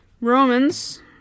Romans